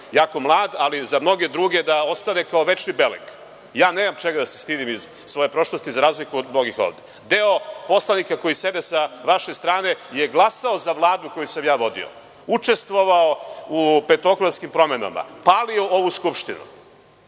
jako mlad, ali za mnoge druge da ostane kao večni beleg. Ja nemam čega da se stidim iz svoje prošlosti za razliku od mnogih ovde. Deo poslanika koji sede sa vaše strane je glasao za Vladu koju sam ja vodio, učestvovao u petooktobarskim promenama, palio ovu skupštinu,